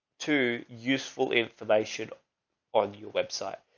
to useful information on your website.